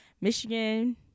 Michigan